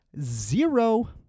zero